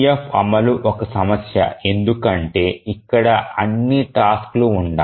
EDF అమలు ఒక సమస్య ఎందుకంటే ఇక్కడ అన్ని టాస్క్ లు ఉంచాలి